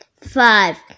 five